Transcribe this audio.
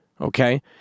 okay